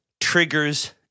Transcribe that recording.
triggers